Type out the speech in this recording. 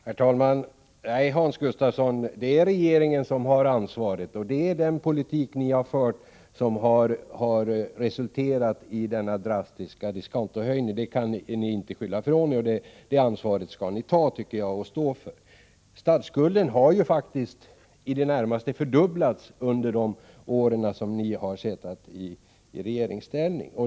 Herr talman! Nej, Hans Gustafsson, det är regeringen som har ansvar, och det är den politik som ni har fört som har resulterat i denna drastiska diskontohöjning. Detta kan ni inte skylla ifrån er. Det ansvaret skall ni ta och stå för, tycker jag. Statsskulden har faktiskt i de närmaste fördubblats under de år då ni har suttit i regeringsställning.